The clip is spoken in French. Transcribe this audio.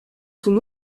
son